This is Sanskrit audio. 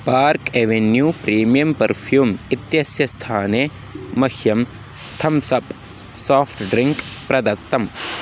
पार्क् एवेन्यू प्रीमियं पर्फ़्यूम् इत्यस्य स्थाने मह्यं थम्सप् साफ़्ट् ड्रिङ्क् प्रदत्तम्